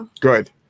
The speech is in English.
Good